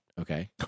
Okay